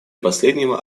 последнего